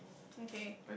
okay